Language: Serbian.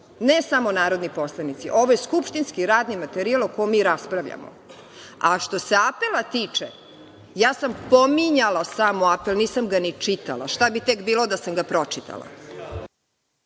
Ne samo narodni poslanice, ovo je skupštinski radni materijal o kome mi raspravljamo. Što se apela tiče, ja sam pominjala samo apel, nisam ga ni čitala. Šta bi tek bilo da sam ga pročitala?